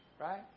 right